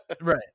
Right